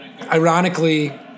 ironically